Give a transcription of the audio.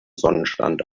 sonnenstand